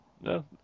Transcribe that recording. no